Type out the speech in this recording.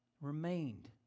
remained